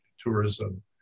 tourism